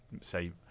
say